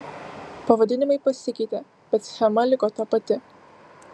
pavadinimai pasikeitė bet schema liko ta pati